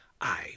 I